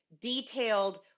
detailed